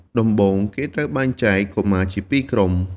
ដំបូង គេត្រូវបែងចែកកុមារជាពីរក្រុម។